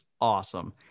awesome